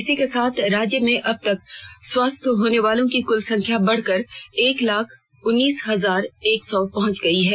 इसी के साथ राज्य में अब तक स्वस्थ होनेवालों की कुल संख्या बढ़कर एक लाख उन्नीस हजार एक सौ पहुंच गई है